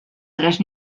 tres